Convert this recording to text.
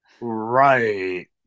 Right